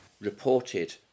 reported